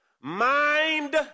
Mind